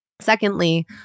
Secondly